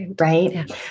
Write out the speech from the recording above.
Right